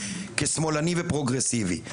כשמאלני ופרוגרסיבי.